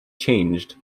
changed